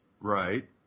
Right